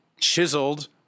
chiseled